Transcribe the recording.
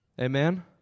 Amen